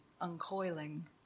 uncoiling